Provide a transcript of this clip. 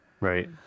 Right